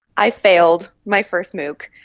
i failed my first mooc.